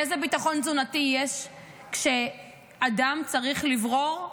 איזה ביטחון תזונתי יש כשאדם צריך לברור,